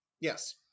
Yes